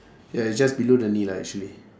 ya it's just below the knee lah actually